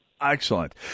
Excellent